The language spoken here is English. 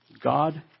God